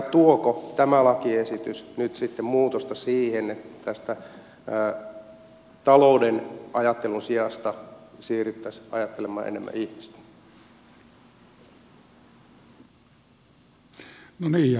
tuoko tämä lakiesitys nyt sitten muutosta siihen että talouden ajattelun sijasta siirryttäisiin ajattelemaan enemmän ihmistä